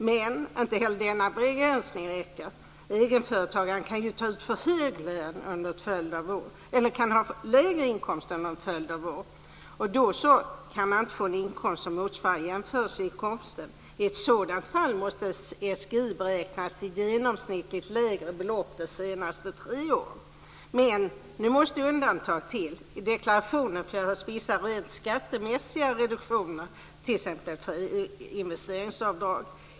Men - inte heller denna begränsning räcker - egenföretagaren kan ju under en följd av år ha en lägre inkomst än vad som motsvarar jämförelseinkomsten. I ett sådant fall måste SGI beräknas till genomsnittligt lägre belopp de senaste tre åren. Men - nu måste undantag till - i deklarationen får göras vissa rent skattemässiga reduktioner, t.ex. investeringsavdrag.